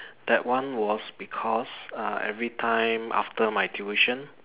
that one was because uh everytime after my tuition